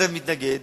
המתנגד